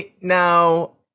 Now